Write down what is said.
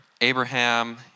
Abraham